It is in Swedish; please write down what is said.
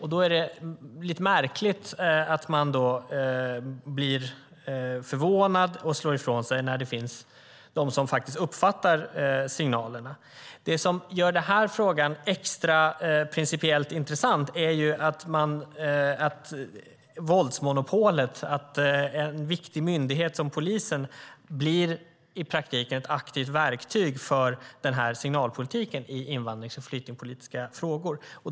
Då är det lite märkligt att man blir förvånad och slår ifrån sig när det finns de som faktiskt uppfattar signalerna. Det som gör den här frågan extra principiellt intressant är ju våldsmonopolet, att en viktig myndighet som polisen i praktiken blir ett aktivt verktyg för den här signalpolitiken i invandrings och flyktingpolitiska frågor.